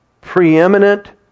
preeminent